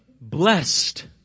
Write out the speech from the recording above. blessed